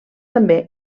també